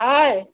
হয়